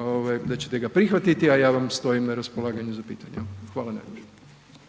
ovaj da ćete ga prihvatiti, a ja vam stojim na raspolaganju za pitanja. Hvala najljepša.